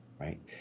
right